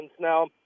Now